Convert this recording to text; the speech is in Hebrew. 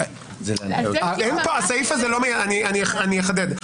אני אחדד.